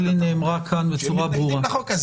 העמדה שלי נאמרה כאן בצורה ברורה.